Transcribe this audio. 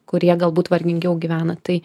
kurie galbūt vargingiau gyvena tai